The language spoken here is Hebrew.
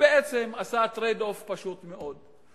עשה trade off פשוט מאוד: